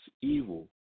evil